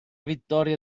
vittoria